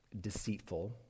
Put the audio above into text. deceitful